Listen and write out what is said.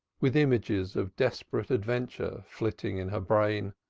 with images of desperate adventure flitting in her brain.